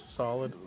solid